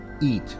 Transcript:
eat